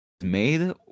made